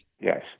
Yes